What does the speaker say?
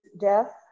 death